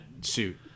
suit